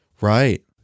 Right